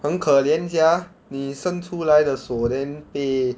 很可怜 sia 你生出来的手 then 被